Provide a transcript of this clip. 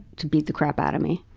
to beat the crap out of me.